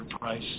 price